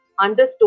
understood